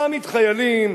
להעמיד חיילים.